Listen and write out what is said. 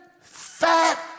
fat